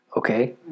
Okay